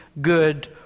good